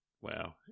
Wow